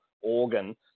organ